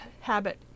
habit